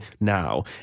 now